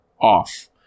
off